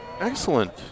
excellent